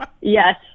Yes